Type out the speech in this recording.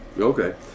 Okay